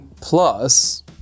plus